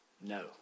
No